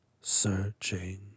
searching